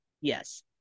yes